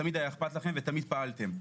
תמיד היה אכפת לכם ותמיד פעלתם.